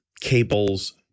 cables